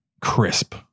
crisp